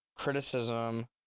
criticism